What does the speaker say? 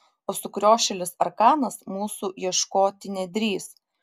o sukriošėlis arkanas mūsų ieškoti nedrįs